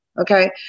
okay